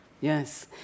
Yes